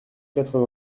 quatre